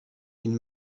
une